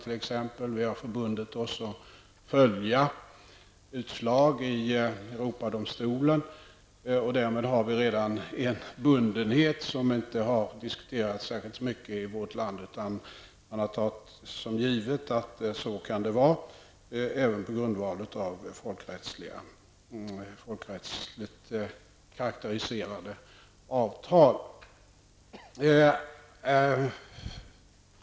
Vi har också förbundit oss att följa utslag i Europadomstolen, och därmed har vi redan en bundenhet som inte har diskuterats särskilt mycket i vårt land, utan man har tagit för givet att det kan vara på det sättet även på grundval av folkrättsligt karakteriserade avtal.